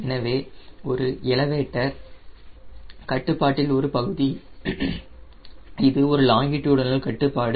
எனவே எலவேட்டர் கட்டுப்பாட்டில் ஒரு பகுதி இது ஒரு லாங்கிடுடினல் கட்டுப்பாடு